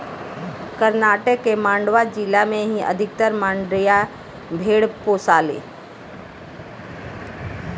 कर्नाटक के मांड्या जिला में ही अधिकतर मंड्या भेड़ पोसाले